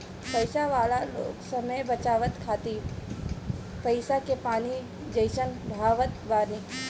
पईसा वाला लोग समय बचावे खातिर पईसा के पानी जइसन बहावत बाने